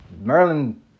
Merlin